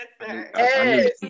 Yes